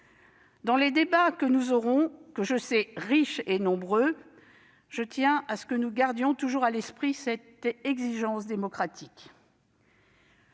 Dans les débats que nous aurons, que je sais riches et nombreux, je tiens à ce que nous gardions toujours à l'esprit cette exigence démocratique.